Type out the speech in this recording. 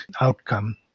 outcome